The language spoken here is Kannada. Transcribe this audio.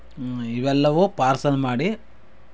ಇವೆಲ್ಲವೂ ಪಾರ್ಸಲ್ ಮಾಡಿ